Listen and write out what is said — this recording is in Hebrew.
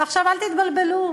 עכשיו, אל תתבלבלו.